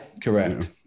correct